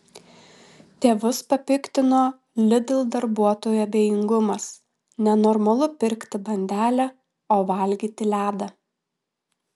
tėvus papiktino lidl darbuotojų abejingumas nenormalu pirkti bandelę o valgyti ledą